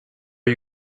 are